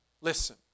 listen